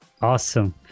Awesome